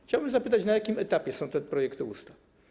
Chciałbym zapytać: Na jakim etapie są te projekty ustaw?